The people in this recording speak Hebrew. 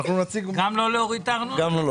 לא להוריד.